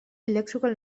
electrical